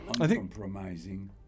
uncompromising